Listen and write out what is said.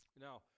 Now